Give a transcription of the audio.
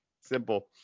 Simple